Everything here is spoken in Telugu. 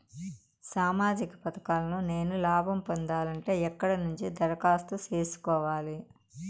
సామాజిక పథకాలను నేను లాభం పొందాలంటే ఎక్కడ నుంచి దరఖాస్తు సేసుకోవాలి?